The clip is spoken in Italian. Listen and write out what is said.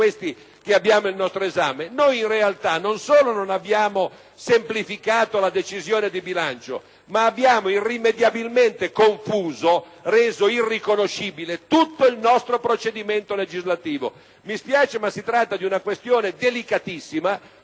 - noi non solo non abbiamo semplificato la decisione di bilancio, ma abbiamo irrimediabilmente confuso, reso irriconoscibile, tutto il nostro procedimento legislativo. Mi spiace, ma si tratta di una questione delicatissima,